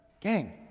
Gang